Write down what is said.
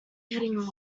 heading